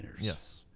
Yes